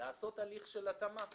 לעשות הליך של התאמה אחרי.